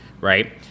right